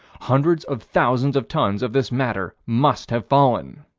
hundreds of thousands of tons of this matter must have fallen.